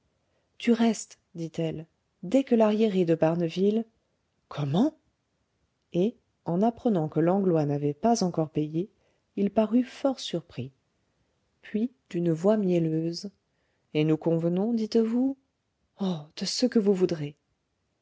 du reste dit-elle dès que l'arriéré de barneville comment et en apprenant que langlois n'avait pas encore payé il parut fort surpris puis d'une voix mielleuse et nous convenons dites-vous oh de ce que vous voudrez